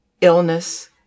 illness